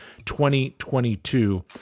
2022